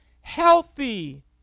healthy